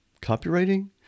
copywriting